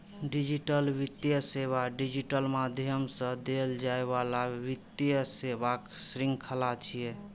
digital वित्तीय सेवा digital माध्यम सं देल जाइ बला वित्तीय सेवाक शृंखला छियै